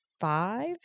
five